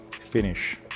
finish